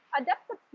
adapted